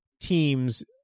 teams